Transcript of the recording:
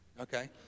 okay